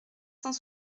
cent